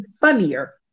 funnier